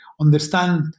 understand